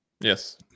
Yes